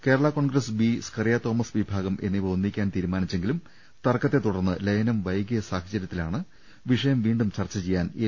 Kerala Congress B Scaria Thomas വിഭാഗം എന്നിവ ഒന്നി ക്കാൻ തീരുമാനിച്ചെങ്കിലും തർക്കത്തെതുടർന്ന് ലയനം വൈകിയ സാഹചര്യത്തിലാണ് വിഷയം വീണ്ടും ചർച്ച ചെയ്യാൻ എൽ